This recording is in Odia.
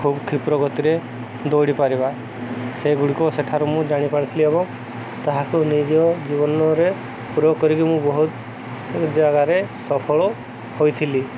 ଖୁବ୍ କ୍ଷିପ୍ର ଗତିରେ ଦୌଡ଼ିପାରିବା ସେଗୁଡ଼ିକ ସେଠାରୁ ମୁଁ ଜାଣିପାରିଥିଲି ଏବଂ ତାହାକୁ ନିଜ ଜୀବନରେ ଉପଯୋଗ କରିକି ମୁଁ ବହୁତ ଜାଗାରେ ସଫଳ ହୋଇଥିଲି